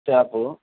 shop